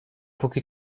póki